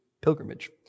pilgrimage